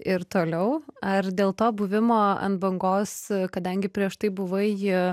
ir toliau ar dėl to buvimo ant bangos kadangi prieš tai buvai